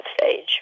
stage